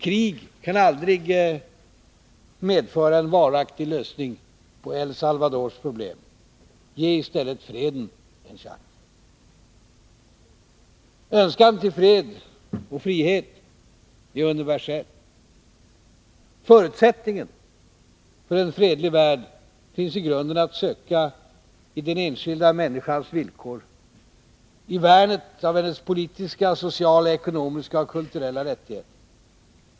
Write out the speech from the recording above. Krig kan aldrig medföra en varaktig lösning på El Salvadors problem. Ge i stället freden en chans. Önskan till frihet och fred är universell. Förutsättningen för en fredlig värld finns att söka i den enskilda människans villkor, i värnet av hennes politiska, sociala, ekonomiska och kulturella rättigheter.